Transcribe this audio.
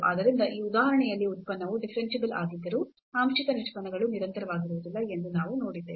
ಆದ್ದರಿಂದ ಈ ಉದಾಹರಣೆಯಲ್ಲಿ ಉತ್ಪನ್ನವು ಡಿಫರೆನ್ಸಿಬಲ್ ಆಗಿದ್ದರೂ ಆಂಶಿಕ ನಿಷ್ಪನ್ನಗಳು ನಿರಂತರವಾಗಿರುವುದಿಲ್ಲ ಎಂದು ನಾವು ನೋಡಿದ್ದೇವೆ